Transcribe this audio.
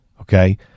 Okay